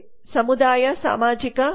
ಸಮುದಾಯ ಸಾಮಾಜಿಕ ಮತ್ತು ವೈಯಕ್ತಿಕ ಸೇವೆಗಳು 9